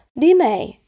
dime